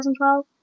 2012